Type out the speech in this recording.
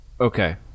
Okay